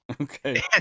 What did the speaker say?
Okay